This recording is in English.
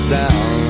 down